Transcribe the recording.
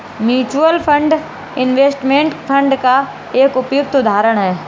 mutual fund investment fund का एक उपयुक्त उदाहरण है